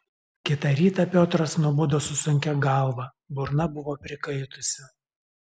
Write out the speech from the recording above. kitą rytą piotras nubudo su sunkia galva burna buvo prikaitusi